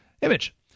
image